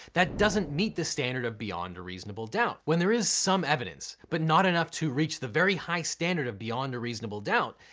that doesn't meet the standard of beyond a reasonable doubt. when there is some evidence but not enough to reach the very high standard of beyond a reasonable doubt,